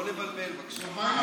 לא לבלבל, בבקשה.